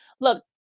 look